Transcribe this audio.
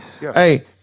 Hey